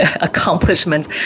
accomplishments